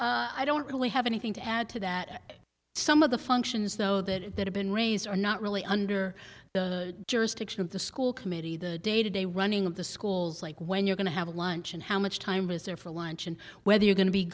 you i don't really have anything to add to that some of the functions though that have been raised are not really under the jurisdiction of the school committee the day to day running of the schools like when you're going to have lunch and how much time is there for lunch and whether you're going to be